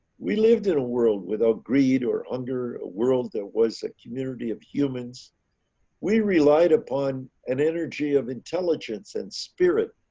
we lived in a world without greed or under world that was a community of humans we relied upon an energy of intelligence and spirit.